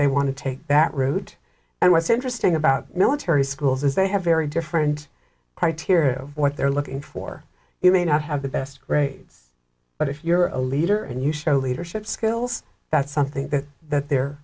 they want to take that route and what's interesting about military schools is they have very different criteria of what they're looking for you may not have the best grades but if you're a leader and you show leadership skills that's something that that they're